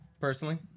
personally